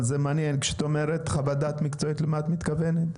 כשאת אומרת חוות דעת מקצועית, למה את מתכוונת?